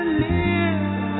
live